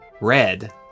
red